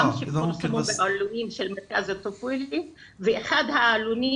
גם שפורסמו בעלונים של מרכז אלטופולה ואחד העלונים